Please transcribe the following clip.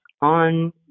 on